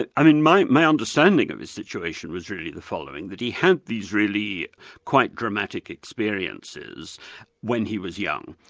and i mean my my understanding of the situation was really the following, but he had these really quite dramatic experiences when he was young.